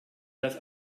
das